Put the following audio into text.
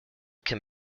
can